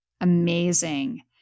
Amazing